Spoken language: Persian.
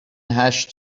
هشت